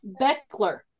Beckler